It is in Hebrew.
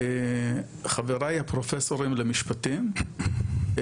חבריי הפרופסורים למשפטים,